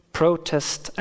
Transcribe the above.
protest